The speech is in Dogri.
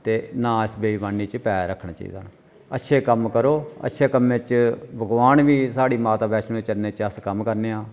ते ना बेइमानी च पैर रक्खना चाहिदा अच्छे कम्म करो अच्छे कम्में च भगोआन बी साढ़ी माता वैष्णो दे चरणें च अस कम्म करने आं